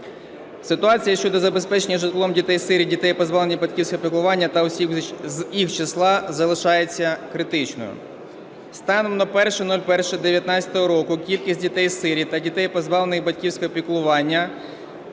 Ситуація щодо забезпечення житом дітей-сиріт, дітей, позбавлених батьківського піклування, та осіб з їх числа залишається критичною. Станом на 01.01.2019 року кількість дітей-сиріт та дітей, позбавлених батьківського піклування,